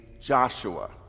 Joshua